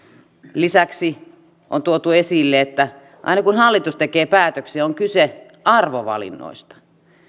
lisäksi on tuotu esille että aina kun hallitus tekee päätöksiä on kyse arvovalinnoista